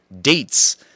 dates